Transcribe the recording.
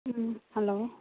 hello